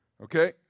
Okay